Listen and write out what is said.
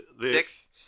six